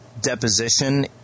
deposition